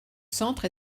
centre